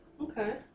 Okay